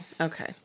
okay